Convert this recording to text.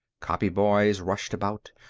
copy boys rushed about,